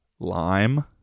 Lime